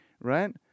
right